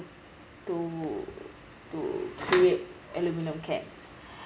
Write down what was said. to to to make aluminium cans